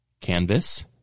Canvas